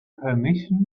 permission